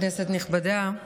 כנסת נכבדה,